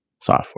software